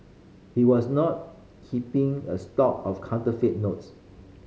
he was not keeping a stock of counterfeit notes